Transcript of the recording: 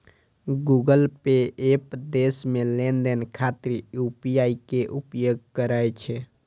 Google Pay app देश मे लेनदेन खातिर यू.पी.आई के उपयोग करै छै